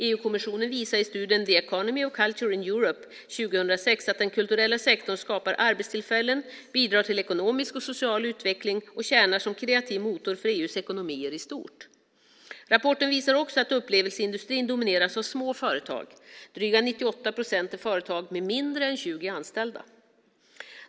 EU-kommissionen visade i studien The Economy of Culture in Europe 2006 att den kulturella sektorn skapar arbetstillfällen, bidrar till ekonomisk och social utveckling och tjänar som kreativ motor för EU:s ekonomier i stort. Rapporten visar också att upplevelseindustrin domineras av små företag. Drygt 98 procent är företag med färre än 20 anställda.